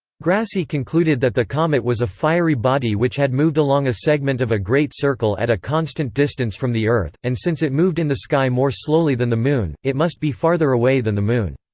grassi concluded that the comet was a fiery body which had moved along a segment of a great circle at a constant distance from the earth, and since it moved in the sky more slowly than the moon, it must be farther away than the moon.